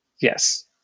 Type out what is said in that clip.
Yes